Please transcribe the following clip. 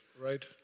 Right